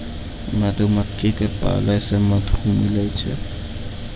मधुमक्खी क पालै से मधु मिलै छै